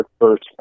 first